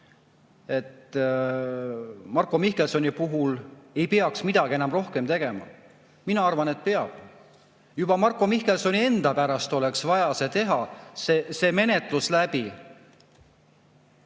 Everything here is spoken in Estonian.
et Marko Mihkelsoni puhul ei peaks midagi enam rohkem tegema. Mina arvan, et peab. Juba Marko Mihkelsoni enda pärast oleks vaja see menetlus läbi